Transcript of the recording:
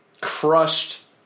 crushed